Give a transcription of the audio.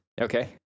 Okay